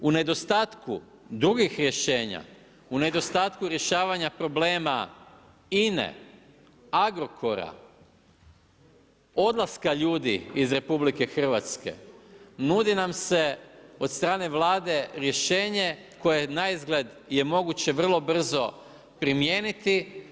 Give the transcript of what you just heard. U nedostatku drugih rješenja, u nedostatku rješavanja problema INA-e, Agrokora, odlaska ljudi iz RH nudi nam ese od strane Vlade rješenje koje naizgled je moguće vrlo brzo primijeniti.